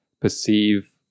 perceive